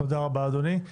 תודה רבה, אדוני.